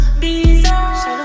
bizarre